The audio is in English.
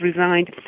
resigned